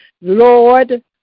Lord